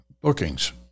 bookings